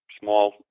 small